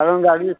ତାଙ୍କ ଗାଡ଼ି